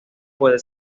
puede